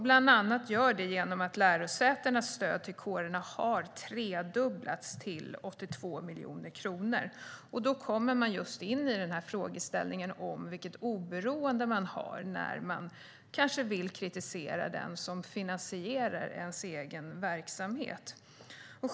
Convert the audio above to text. Bland annat görs det genom att lärosätenas stöd till kårerna har tredubblats till 82 miljoner kronor. Då kommer vi in på frågeställningen vilket oberoende man har när man kanske vill kritisera dem som finansierar den egna verksamheten.